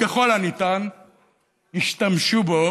ככל הניתן ישתמשו בו